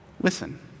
Listen